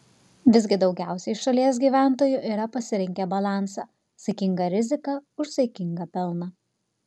visgi daugiausiai šalies gyventojų yra pasirinkę balansą saikinga rizika už saikingą pelną